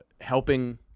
helping